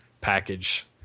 package